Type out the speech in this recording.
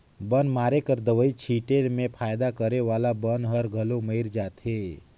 बन मारे कर दवई छीटे में फायदा करे वाला बन हर घलो मइर जाथे